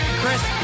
chris